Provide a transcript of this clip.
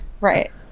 Right